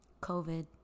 COVID